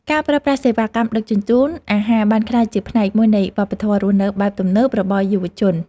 ការប្រើប្រាស់សេវាកម្មដឹកជញ្ជូនអាហារបានក្លាយជាផ្នែកមួយនៃវប្បធម៌រស់នៅបែបទំនើបរបស់យុវជន។